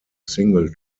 single